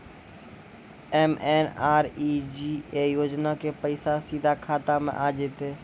MNREGA योजना के पैसा सीधा खाता मे आ जाते?